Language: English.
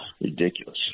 ridiculous